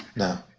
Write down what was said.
now,